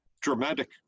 dramatic